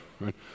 right